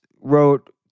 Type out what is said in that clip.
wrote